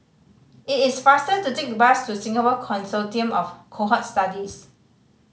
it is faster to take the bus to Singapore Consortium of Cohort Studies